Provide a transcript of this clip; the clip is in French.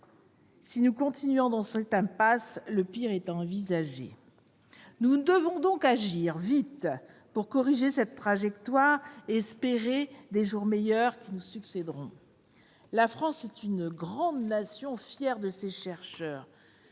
Si nous continuons à emprunter cette impasse, le pire est à envisager. Nous devons donc agir vite pour corriger cette trajectoire et espérer des jours meilleurs pour ceux qui nous succéderont. La France est une grande nation, fière de ses chercheurs.